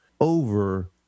over